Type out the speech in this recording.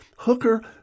Hooker